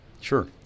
Sure